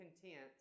content